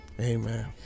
amen